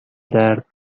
درد